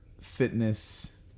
fitness